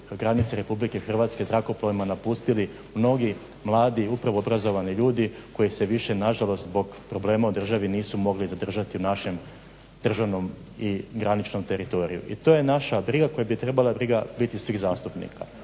granice RH zrakoplovima napustili mnogi mladi, upravo obrazovani ljudi koji se više nažalost zbog problema u državi nisu mogli zadržati u našem državnom i graničnom teritoriju. I to je naša briga, koja bi trebala biti briga svih zastupnika.